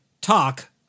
talk